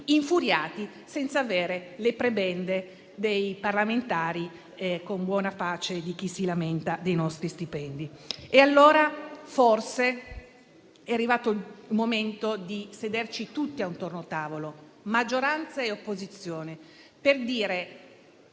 infuriati senza avere le prebende dei parlamentari, con buona pace di chi si lamenta dei nostri stipendi. Forse allora è arrivato il momento di sederci tutti attorno a un tavolo, maggioranza e opposizione, per dire